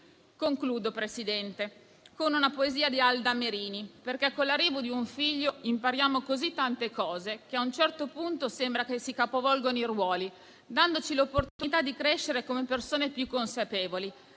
Concludo, signor Presidente, con una poesia di Alda Merini, perché con l'arrivo di un figlio impariamo così tante cose che a un certo punto sembra che si capovolgano i ruoli, dandoci l'opportunità di crescere come persone più consapevoli,